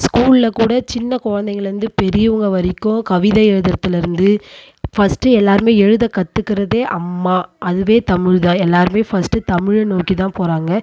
ஸ்கூலில் கூட சின்ன கொழந்தைங்கள்ல இருந்து பெரியவங்க வரைக்கும் கவிதை எழுதுறதுல இருந்து ஃபஸ்ட்டு எல்லோருமே எழுத கற்றுக்கிறதே அம்மா அதுவே தமிழ்தான் எல்லோருமே ஃபஸ்ட்டு தமிழை நோக்கிதான் போகிறாங்க